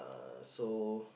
uh so